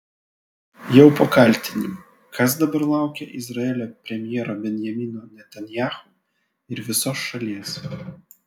jau po kaltinimų kas dabar laukia izraelio premjero benjamino netanyahu ir visos šalies